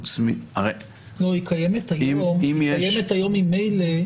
היא קיימת היום ממילא.